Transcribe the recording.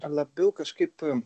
labiau kažkaip